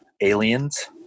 aliens